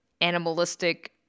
animalistic